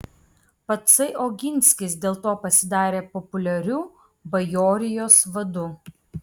patsai oginskis dėl to pasidarė populiariu bajorijos vadu